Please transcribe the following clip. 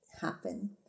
happen